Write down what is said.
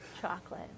Chocolate